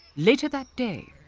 later that day,